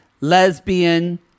lesbian